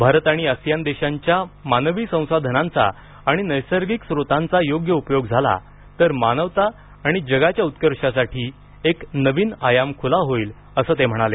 भारत आणि आसियान देशांच्या मानवी संसाधनांचा आणि नैसर्गिक स्त्रोतांचा योग्य उपयोग झाला तर मानवता आणि जगाच्या उत्कर्षासाठी एक नवीन आयाम खुला होईल असं ते म्हणाले